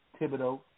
Thibodeau